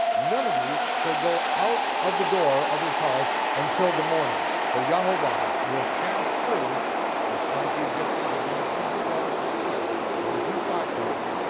none of you shall go out of the door of this house until the morning, for yehovah will pass through to smite the egyptians and when he sees the blood upon the lintel and the two side posts,